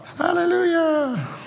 Hallelujah